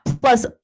Plus